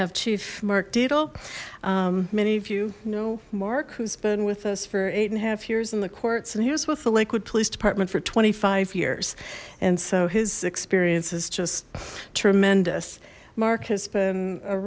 have chief mark deedle many of you know mark who's been with us for eight and a half years in the courts and he was with the lakewood police department for twenty five years and so his experience is just tremendous mark has been a